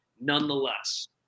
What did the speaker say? nonetheless